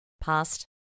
past